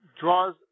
draws